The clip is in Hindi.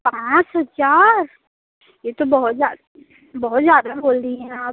पाँच हजार ये तो बहुत बहुत ज़्यादा बोल दी हैं आप